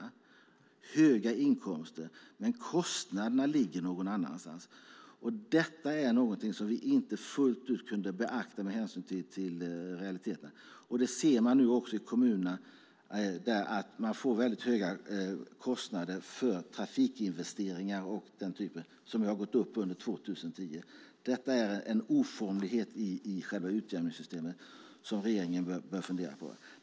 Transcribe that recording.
Det är höga inkomster, men kostnaderna ligger någon annanstans. Detta är någonting som vi inte fullt ut kunde beakta med hänsyn till realiteten. Man ser nu också kommuner som får väldigt höga kostnader för till exempel trafikinvesteringar som har gått upp under 2010. Detta är en oformlighet i själva utjämningssystemet som regeringen bör fundera på.